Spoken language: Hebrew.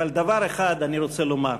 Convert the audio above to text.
אבל דבר אחד אני רוצה לומר: